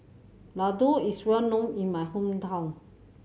ladoo is well known in my hometown